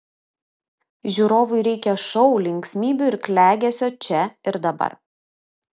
žiūrovui reikia šou linksmybių ir klegesio čia ir dabar